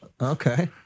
Okay